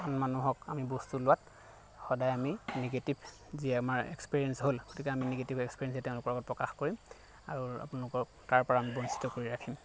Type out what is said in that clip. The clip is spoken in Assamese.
আন মানুহক আমি বস্তু লোৱাত সদায় আমি নিগেটিভ যি আমাৰ এক্সপিৰিয়েঞ্চ হ'ল গতিকে আমি নিগেটিভ এক্সপিৰিয়েঞ্চ তেওঁলোকৰ আগত প্ৰকাশ কৰিম আৰু আপোনালোকক তাৰ পৰা আমি বঞ্চিত কৰি ৰাখিম